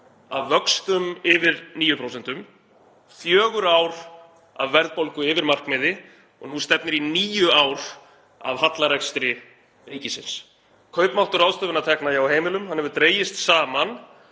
af vöxtum yfir 9%, fjögur ár af verðbólgu yfir markmiði og nú stefnir í níu ár af hallarekstri ríkisins. Kaupmáttur ráðstöfunartekna hjá heimilum hefur dregist saman